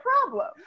problem